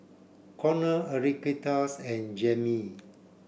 Conner Enriqueta's and Jaimee